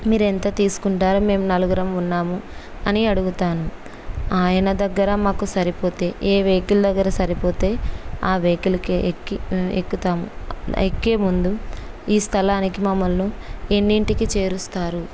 మీర ఎంత తీసుకుంటారా మేము నలుగురం ఉన్నాము అని అడుగుతాను ఆయన దగ్గర మాకు సరిపోతే ఏ వెహికల్ దగ్గర సరిపోతే ఆ వెహికల్కి ఎక్కి ఎక్కుతాము ఎక్కే ముందు ఈ స్థలానికి మమ్మల్ని ఎన్నింటికి చేరుస్తారు